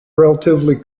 relatively